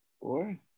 Four